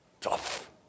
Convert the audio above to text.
Tough